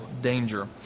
danger